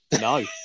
No